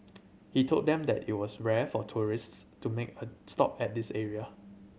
he told them that it was rare for tourists to make her stop at this area